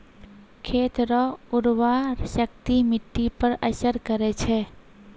खेत रो उर्वराशक्ति मिट्टी पर असर करै छै